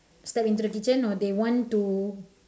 step into the kitchen or they want to